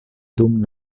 dum